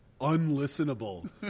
unlistenable